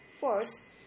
First